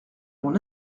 mon